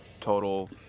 total